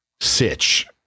sitch